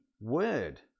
word